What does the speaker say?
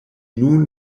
nun